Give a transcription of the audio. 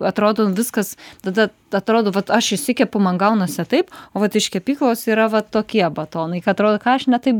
atrodo viskas tada atrodo kad vat aš išsikepu man gaunasi taip vat iš kepyklos yra va tokie batonai atrodo ką aš ne taip